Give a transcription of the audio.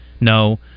No